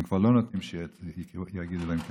הם כבר לא נותנים שיגידו להם כך.